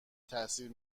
تاثیر